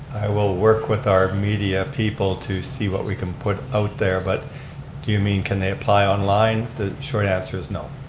i will work with our media people to see what we can put out there but do you mean can they apply online? the short answer is no.